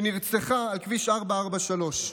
שנרצחה על כביש 443,